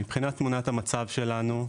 מבחינת תמונת המצב שלנו: